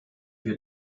wir